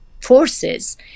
forces